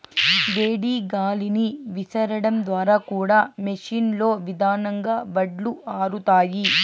వేడి గాలిని విసరడం ద్వారా కూడా మెషీన్ లో నిదానంగా వడ్లు ఆరుతాయి